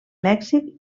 mèxic